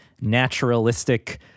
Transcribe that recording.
naturalistic